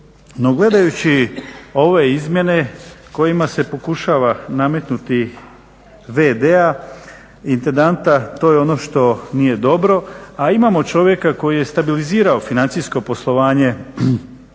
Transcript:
gledajući ove izmjene kojima se pokušava nametnuti v.d. intendanta to je ono što nije dobro, a imamo čovjeka koji je stabilizirao financijsko poslovanje